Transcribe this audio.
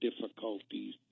difficulties